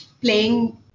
playing